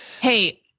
Hey